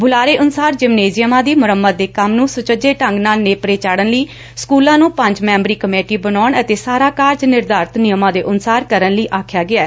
ਬੁਲਾਰੇ ਅਨੁਸਾਰ ਜਿਮਨੇਜੀਅਮਾਂ ਦੀ ਮੁਰੰਮਤ ਦੇ ਕੰਮ ਨੂੰ ਸੁਚੱਜੇ ਢੰਗ ਨਾਲ ਨੇਪਰੇ ਚਾਤ੍ਹਨ ਲਈ ਸਕੂਲਾਂ ਨੂੰ ਪੰਜ ਮੈਬਰੀ ਕਮੇਟੀ ਬਨਾਉਣ ਅਤੇ ਸਾਰਾ ਕਾਰਜ ਨਿਰਧਾਰਤ ਨਿਯਮਾ ਦੇ ਅਨੁਸਾਰ ਕਰਨ ਲਈ ਆਖਿਆ ਗਿਐ